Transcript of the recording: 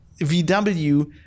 VW